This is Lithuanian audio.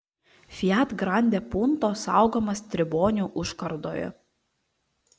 fiat grande punto saugomas tribonių užkardoje